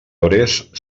hores